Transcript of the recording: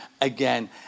again